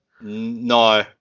no